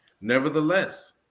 Nevertheless